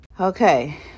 Okay